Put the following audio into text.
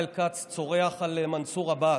ראיתי במוצאי שבת את חבר הכנסת ישראל כץ צורח על מנסור עבאס.